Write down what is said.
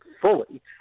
fully